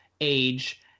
age